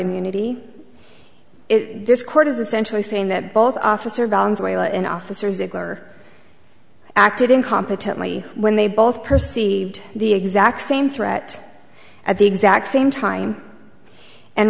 immunity this court is essentially saying that both officers in officers eager acted incompetently when they both perceived the exact same threat at the exact same time and